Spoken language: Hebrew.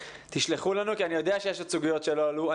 תשלחו לנו כי אני יודע שיש עוד סוגיות שלא עלו.